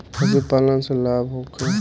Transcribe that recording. पशु पालन से लाभ होखे?